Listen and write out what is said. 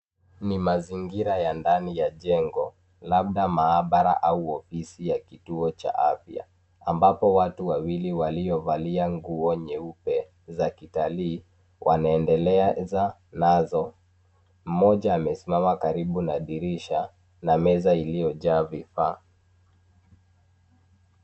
Ni mazingira ya ndani ya jengo, labda maabara au ofisi ya kituo cha afya ambapo watu wawili waliovalia nguo nyeupe za kitalii wanaendeleza nazo. Mmoja amesimama karibu na dirisha na meza iliyojaa vifaa.